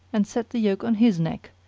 and set the yoke on his neck,